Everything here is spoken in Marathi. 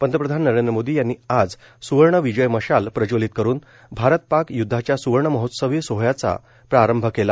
पंतप्रधान नरेंद्र मोदी यांनी आज सूवर्ण विजय मशाल प्रज्वलित करून भारत पाक यदधाच्या सुवर्ण महोत्सवी सोहळ्याचा प्रारंभ केला